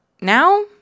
Now